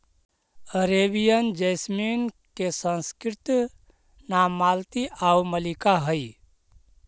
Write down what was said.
Arabian jasmine के संस्कृत नाम मालती आउ मल्लिका हइ